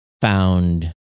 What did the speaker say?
found